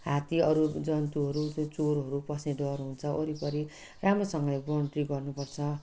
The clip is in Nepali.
हात्ती अरू जन्तुहरू त्यो चोरहरू पस्ने डर हुन्छ वरिपरि राम्रोसँगले बाउन्ड्री गर्नुपर्छ